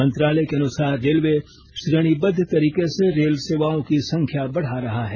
मंत्रालय के अनुसार रेलवे श्रेणीबद्ध तरीके से रेल सेवाओं की संख्या बढ़ा रहा है